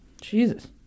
Jesus